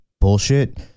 bullshit